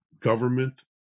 government